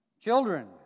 Children